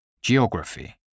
geography